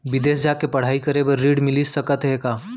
बिदेस जाके पढ़ई करे बर ऋण मिलिस सकत हे का?